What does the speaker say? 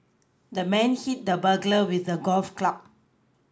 the man hit the burglar with a golf club